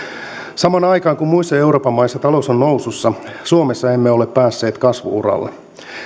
samaan aikaan kun muissa euroopan maissa talous on nousussa suomessa emme ole päässeet kasvu uralle